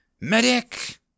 Medic